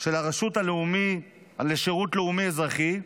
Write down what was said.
של הרשות הלאומית לשירות לאומי-אזרחי,